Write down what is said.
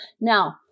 Now